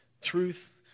truth